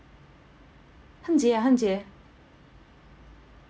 hen jie ah hen jie